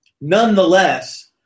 Nonetheless